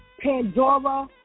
Pandora